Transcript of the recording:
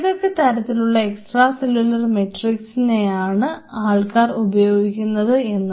ഏതൊക്കെ തരത്തിലുള്ള extra cellular മെട്രിക്സിനെയാണ് ആൾക്കാർ ഉപയോഗിക്കുന്നത് എന്ന്